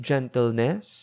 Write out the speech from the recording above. Gentleness